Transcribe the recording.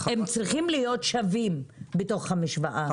הם צריכים להיות שווים בתוך המשוואה.